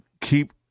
keep